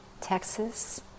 Texas